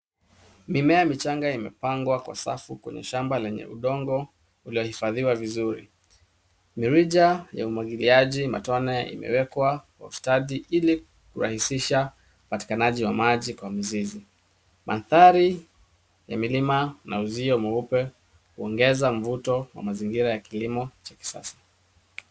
Mimea michanga imepangwa kwa safu kwenye shamba lenye udongo uliohifadhiwa vizuri. Mirija ya umwagiliaji matone imewekwa kwa ustadi ili kurahisisha upatikanaji wa maji kwa mizizi. Mandhari ya milima na uzio mweupe huongeza mvuto wa mazingira ya kilimo cha kisasa.